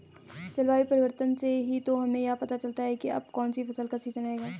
जलवायु परिवर्तन से ही तो हमें यह पता चलता है की अब कौन सी फसल का सीजन आयेगा